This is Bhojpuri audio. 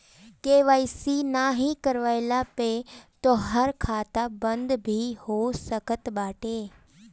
के.वाई.सी नाइ करववला पअ तोहार खाता बंद भी हो सकत बाटे